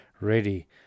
ready